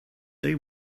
they